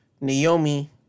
Naomi